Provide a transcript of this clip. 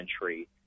century